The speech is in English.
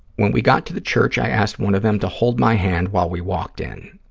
when we got to the church, i asked one of them to hold my hand while we walked in.